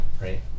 right